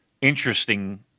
interesting